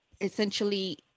essentially